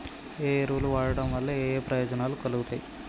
ఏ ఎరువులు వాడటం వల్ల ఏయే ప్రయోజనాలు కలుగుతయి?